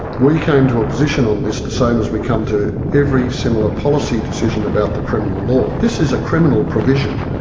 we came to a position on this the same as we come to every similar policy decision about the criminal law. this is a criminal provision.